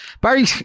barry